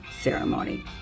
ceremony